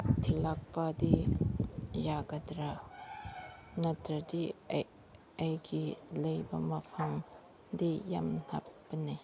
ꯊꯤꯜꯂꯛꯄꯗꯤ ꯌꯥꯒꯗ꯭ꯔꯥ ꯅꯠꯇ꯭ꯔꯗꯤ ꯑꯩ ꯑꯩꯒꯤ ꯂꯩꯕ ꯃꯐꯝꯗꯤ ꯌꯥꯝ ꯊꯥꯞꯄꯅꯦ